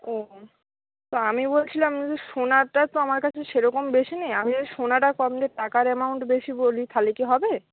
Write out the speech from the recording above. ও তো আমি বলছিলাম সোনাটা তো আমার কাছে সেরকম বেশি নেই আমি ওই সোনাটা কম দিয়ে টাকার অ্যামাউন্ট বেশি বলি তাহলে কি হবে